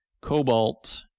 cobalt